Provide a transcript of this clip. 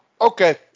okay